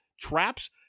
traps